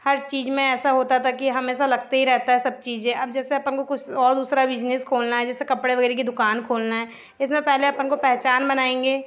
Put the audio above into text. हर चीज़ में ऐसा होता था कि हमेशा लगते ही रहता है सब चीज़ें अब जैसे अपन को कुछ और दूसरा बिजनेस खोलना है जैसे कपड़े वग़ैरह की दुकान खोलना है इसमें पहले अपन को पहचान बनाएँगे